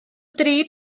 dri